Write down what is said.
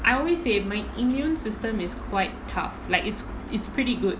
I always say my immune system is quite tough like it's it's pretty good